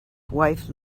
wife